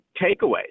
takeaways